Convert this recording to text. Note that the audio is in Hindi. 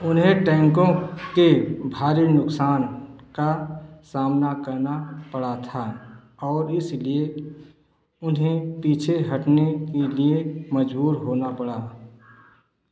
उन्हें टैंकों के भारी नुकसान का सामना करना पड़ा था और इसलिए उन्हें पीछे हटने के लिए मजबूर होना पड़ा